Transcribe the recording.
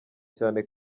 cyane